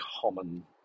common